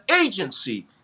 agency